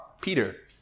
Peter